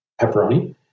pepperoni